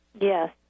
Yes